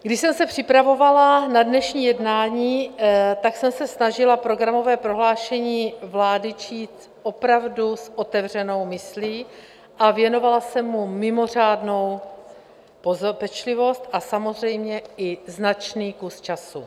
Když jsem se připravovala na dnešní jednání, tak jsem se snažila programové prohlášení vlády číst opravdu s otevřenou myslí, věnovala jsem mu mimořádnou pečlivost a samozřejmě i značný kus času.